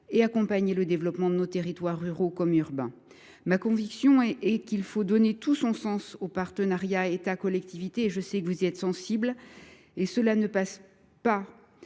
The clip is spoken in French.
et accompagner le développement de nos territoires ruraux comme urbains. Ma conviction est qu’il faut donner tout son sens au partenariat « État collectivités »– je sais que vous y êtes sensible. Cela ne passe ni